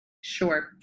Sure